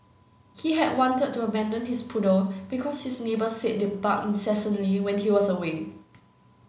he had wanted to abandon his poodle because his neighbours said it barked incessantly when he was away